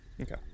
Okay